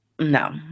No